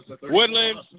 Woodlands